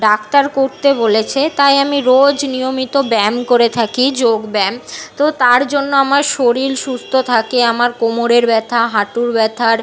doctor করতে বলেছে তাই আমি রোজ নিয়মিত ব্যায়াম করে থাকি যোগ ব্যায়াম তো তার জন্য আমার শরীল সুস্থ থাকে আমার কোমরের ব্যথা হাঁটুর ব্যথার